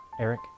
Eric